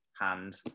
hand